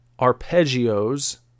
Arpeggios